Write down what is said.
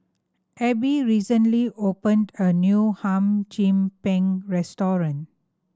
Abie recently opened a new Hum Chim Peng restaurant